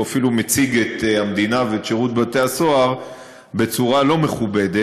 הוא אפילו מציג את המדינה ואת שירות בתי-הסוהר בצורה לא מכובדת.